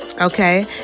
Okay